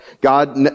God